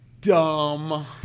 dumb